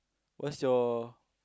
what's your